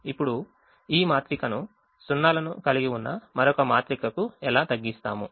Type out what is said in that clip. ఇప్పుడు ఈ మాత్రిక ను 0 లను కలిగి ఉన్న మరొక మాత్రికకు ఎలా తగ్గిస్తాము